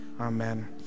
Amen